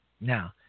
Now